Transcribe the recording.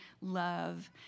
love